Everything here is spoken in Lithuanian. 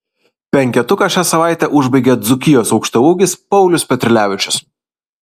penketuką šią savaitę užbaigia dzūkijos aukštaūgis paulius petrilevičius